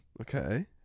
Okay